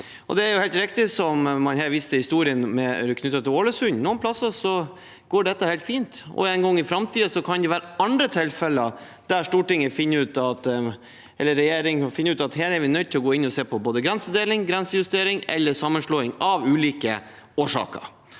Det er helt riktig som man her viser til i historien knyttet til Ålesund. Noen plasser går dette helt fint, og en gang i framtiden kan det være andre tilfeller der Stortinget eller regjeringen finner ut at her er vi nødt til å gå inn og se på både grensedeling, grensejustering eller sammenslåing av ulike årsaker.